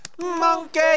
Monkey